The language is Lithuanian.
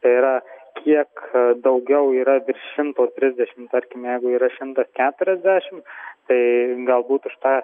tai yra kiek daugiau yra virš šimto trisdešim tarkim jeigu yra šimtas keturiasdešim tai galbūt už tą